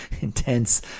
intense